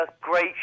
great